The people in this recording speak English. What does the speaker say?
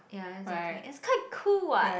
ya exactly it's quite cool [what]